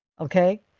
okay